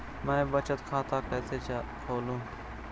मैं बचत खाता कैसे खोलूँ?